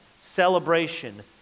celebration